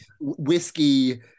whiskey